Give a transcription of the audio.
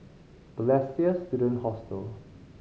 Balestier Student Hostel